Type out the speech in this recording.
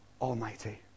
Almighty